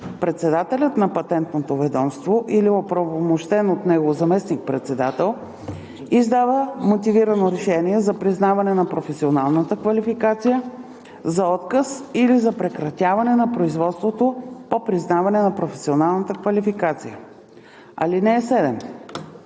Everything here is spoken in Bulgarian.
председателят на Патентното ведомство или оправомощен от него заместник-председател издава мотивирано решение за признаване на професионалната квалификация, за отказ или за прекратяване на производството по признаване на професионалната квалификация. (7)